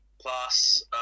plus